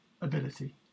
ability